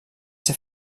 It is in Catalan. ser